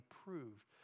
approved